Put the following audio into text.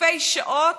אלפי שעות